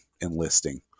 enlisting